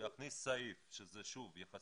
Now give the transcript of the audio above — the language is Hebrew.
להכניס סעיף, שזה, שוב, יחסית פינטאס.